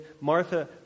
Martha